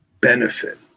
benefit